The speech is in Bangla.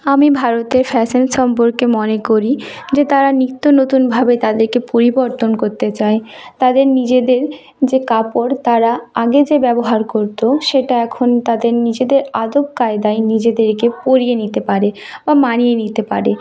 আমি ভারতে ফ্যাশান সম্পর্কে মনে করি যে তারা নিত্য নতুনভাবে তাদেরকে পরিবর্তন করতে চায় তাদের নিজেদের যে কাপড় তারা আগে যে ব্যবহার করতো সেটা এখন তাদের নিজেদের আদব কায়দায় নিজেদেরকে পরিয়ে নিতে পারে বা মানিয়ে নিতে পারে